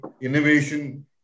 innovation